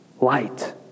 light